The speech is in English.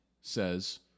says